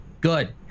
good